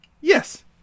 Yes